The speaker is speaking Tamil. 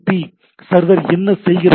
பி சர்வர் என்ன செய்கிறது